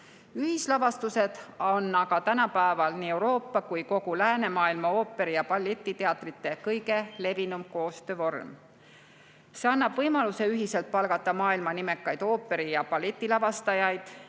Ühislavastused on aga tänapäeval nii Euroopa kui kogu läänemaailma ooperi- ja balletiteatrite kõige levinum koostöövorm. See annab võimaluse ühiselt palgata maailma nimekaid ooperi- ja balletilavastajaid